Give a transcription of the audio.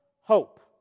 hope